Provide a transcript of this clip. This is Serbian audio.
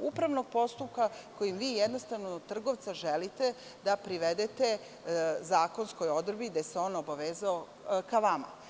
upravnog postupka kojim vi jednostavno trgovca želite da privedete zakonskoj odredbi, gde se on obavezao ka vama.